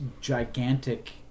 gigantic